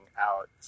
out